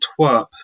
twerp